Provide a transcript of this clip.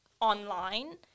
online